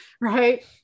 right